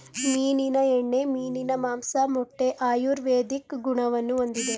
ಮೀನಿನ ಎಣ್ಣೆ, ಮೀನಿನ ಮಾಂಸ, ಮೊಟ್ಟೆ ಆಯುರ್ವೇದಿಕ್ ಗುಣವನ್ನು ಹೊಂದಿದೆ